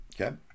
Okay